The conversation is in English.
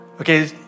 okay